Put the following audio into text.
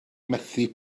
methu